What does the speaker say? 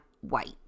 white